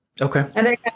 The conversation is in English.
Okay